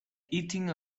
eating